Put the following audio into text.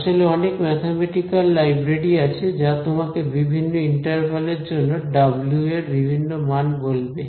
আসলে অনেক mathematical library আছে যা তোমাকে বিভিন্ন ইন্টারভ্যাল এর জন্য ডব্লিউ র বিভিন্ন মান বলবে